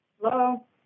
Hello